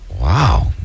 Wow